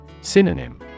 Synonym